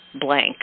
blank